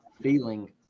feeling